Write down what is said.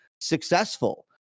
successful